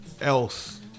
else